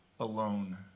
Alone